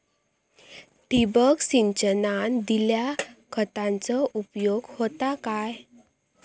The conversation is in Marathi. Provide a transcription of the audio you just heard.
ठिबक सिंचनान दिल्या खतांचो उपयोग होता काय?